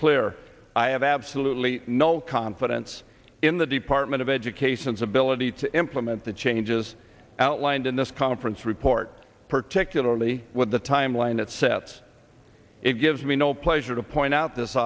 clear i have absolutely no confidence in the department of education's ability to implement the changes outlined in this conference report particularly with the timeline it sets it gives me no pleasure to point out this